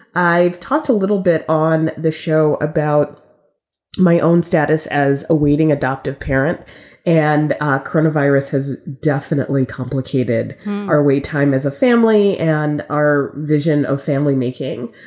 i talked a little bit on the show about my own status as a waiting adoptive parent and coronavirus has definitely complicated our wait time as a family and our vision of family making.